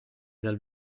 dal